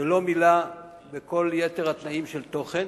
שלא מילא בכל יתר התנאים של תוכן